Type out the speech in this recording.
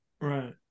Right